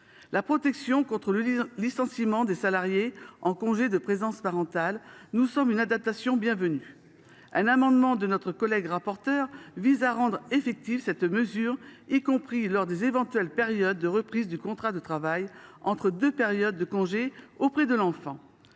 La protection contre le licenciement des salariés en congé de présence parentale nous semble une adaptation bienvenue. Un amendement de Mme la rapporteure vise à garantir l’effectivité de cette mesure, y compris lors d’éventuelles périodes de reprise du contrat de travail entre deux congés auprès de l’enfant.